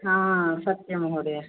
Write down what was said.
हा हा सत्यं महोदय